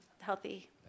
healthy